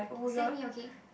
save me okay